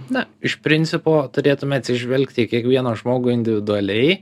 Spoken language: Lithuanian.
na iš principo turėtume atsižvelgti į kiekvieną žmogų individualiai